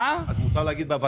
אז אפשר להגיד מה שרוצים?